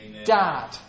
Dad